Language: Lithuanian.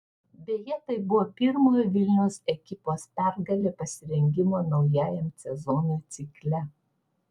beje tai buvo pirmojo vilniaus ekipos pergalė pasirengimo naujajam sezonui cikle